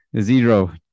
zero